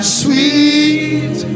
sweet